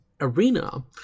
arena